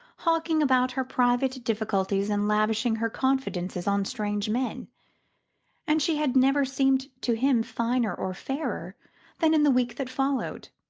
hawking about her private difficulties and lavishing her confidences on strange men and she had never seemed to him finer or fairer than in the week that followed.